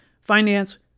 finance